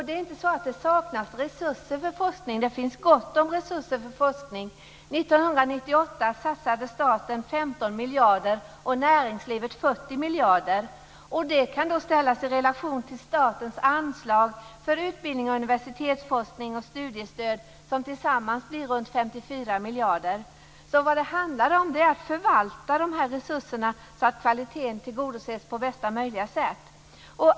Det saknas inte resurser för forskning. Det finns gott om resurser för forskning. År 1998 satsade staten 15 miljarder och näringslivet 40 miljarder. Det kan ställas i relation till statens anslag för utbildning, universitetsforskning och studiestöd som tillsammans blir runt 54 miljarder. Vad det handlar om är att förvalta dessa resurser så att kvaliteten tillgodoses på bästa möjliga sätt.